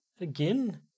Again